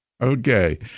Okay